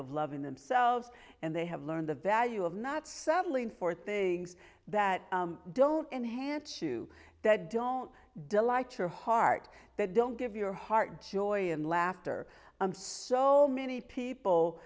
of loving themselves and they have learned the value of not settling for things that don't enhance you that don't delight your heart that don't give your heart joy and laughter i'm so many people